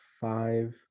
five